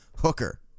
Hooker